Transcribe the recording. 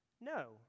No